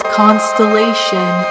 constellation